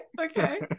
okay